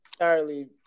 entirely